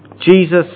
Jesus